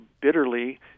bitterly